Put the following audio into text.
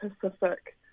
Pacific